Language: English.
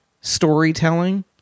storytelling